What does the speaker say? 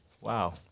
Wow